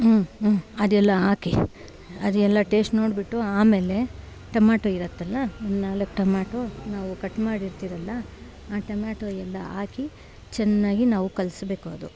ಅದೆಲ್ಲ ಹಾಕಿ ಅದೆಲ್ಲ ಟೇಶ್ಟ್ ನೋಡಿಬಿಟ್ಟು ಆಮೇಲೆ ಟೊಮಾಟೊ ಇರುತ್ತಲ್ಲ ಒಂದು ನಾಲ್ಕು ಟೊಮಾಟೊ ನಾವು ಕಟ್ ಮಾಡಿರ್ತಿರಲ್ಲ ಆ ಟೊಮ್ಯಾಟೊ ಎಲ್ಲ ಹಾಕಿ ಚೆನ್ನಾಗಿ ನಾವು ಕಲೆಸ್ಬೇಕು ಅದು